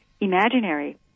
imaginary